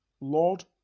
Lord